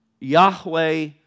Yahweh